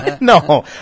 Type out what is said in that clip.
No